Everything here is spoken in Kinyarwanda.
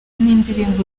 n’indirimbo